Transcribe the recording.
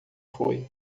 foi